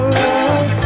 love